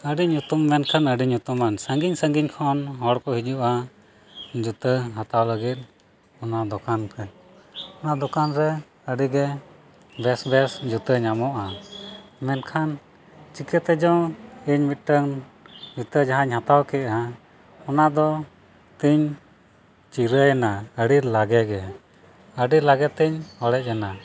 ᱟᱹᱰᱤ ᱧᱩᱛᱩᱢ ᱞᱮᱱᱠᱷᱟᱱ ᱟᱹᱰᱤ ᱧᱩᱛᱩᱢᱟᱱ ᱥᱟᱺᱜᱤᱧ ᱥᱟᱺᱜᱤᱧ ᱠᱷᱚᱱ ᱦᱚᱲ ᱠᱚ ᱦᱤᱡᱩᱜᱼᱟ ᱡᱩᱛᱟᱹ ᱦᱟᱛᱟᱣ ᱞᱟᱹᱜᱤᱫ ᱚᱱᱟ ᱫᱚᱠᱟᱱ ᱨᱮ ᱚᱱᱟ ᱫᱚᱠᱟᱱ ᱨᱮ ᱟᱹᱰᱤᱜᱮ ᱵᱮᱥ ᱵᱮᱥ ᱡᱩᱛᱟᱹ ᱧᱟᱢᱚᱜᱼᱟ ᱢᱮᱱᱠᱷᱟᱱ ᱪᱤᱠᱟᱹᱛᱮᱪᱚ ᱤᱧ ᱢᱤᱫᱴᱟᱹᱝ ᱡᱩᱛᱟᱹ ᱡᱟᱦᱟᱧ ᱦᱟᱛᱟᱣ ᱠᱮᱫᱟ ᱚᱱᱟᱫᱚ ᱛᱤᱧ ᱪᱤᱨᱟᱹᱭᱮᱱᱟ ᱟᱹᱰᱤ ᱞᱟᱜᱮ ᱜᱮ ᱟᱹᱰᱤ ᱞᱟᱜᱮ ᱛᱮᱧ ᱚᱲᱮᱡ ᱮᱱᱟ